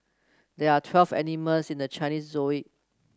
there are twelve animals in the Chinese